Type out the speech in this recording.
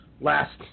last